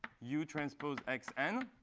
u transpose xn,